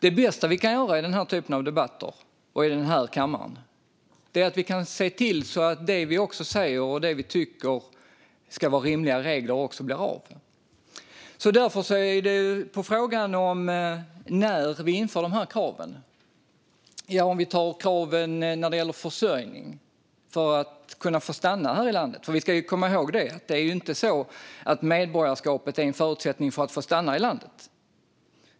Det bästa vi kan göra i den här typen av debatt och i den här kammaren är att se till att det vi säger och tycker är rimliga regler också blir av. En fråga var när vi inför de här kraven. När det gäller kraven på försörjning för att få stanna i landet ska vi komma ihåg att medborgarskapet inte är en förutsättning för att få stanna i landet.